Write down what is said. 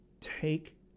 take